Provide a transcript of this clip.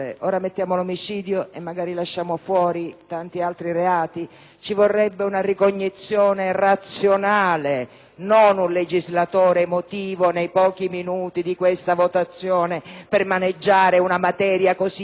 ci vorrebbe una ricognizione razionale, non un legislatore emotivo nei pochi minuti di questa votazione per maneggiare una materia così delicata, che comunque attiene alla libertà personale.